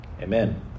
Amen